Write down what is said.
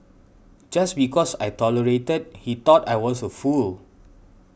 just because I tolerated he thought I was a fool